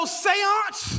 seance